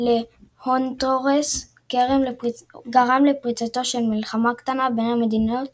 סלוודור להונדורס גרם לפריצתה של מלחמה קטנה בין המדינות